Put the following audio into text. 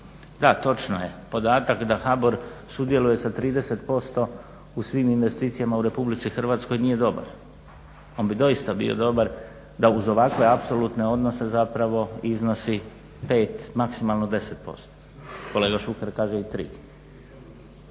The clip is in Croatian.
Da točno je, podatak da HBOR sudjeluje sa 30% u svim investicijama u RH nije dobar. On bi doista bio dobar da uz ovakve apsolutne odnose zapravo iznosi 5, maksimalno 10%. Kolega Šuker kaže i 3%.